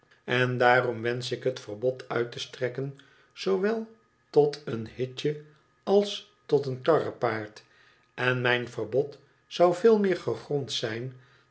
en daarom wensch ik het verbod uit te strekken zoowel tot een hitje als tot een karrepaard en mijn verbod zou voel meer gegrond zijn